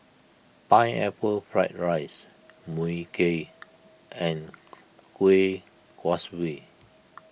Pineapple Fried Rice Mui Kee and Kuih Kaswi